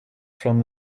from